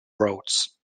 roads